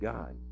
God